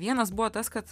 vienas buvo tas kad